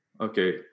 Okay